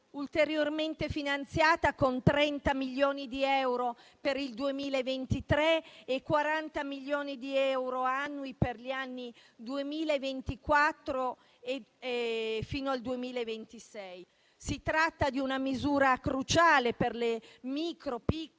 ulteriormente finanziata con 30 milioni di euro per il 2023 e 40 milioni di euro annui per gli anni che vanno dal 2024 al 2026. Si tratta di una misura cruciale per le micro, piccole